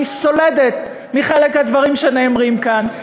אני סולדת מחלק מהדברים שנאמרים כאן,